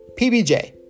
PBJ